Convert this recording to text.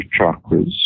chakras